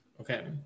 Okay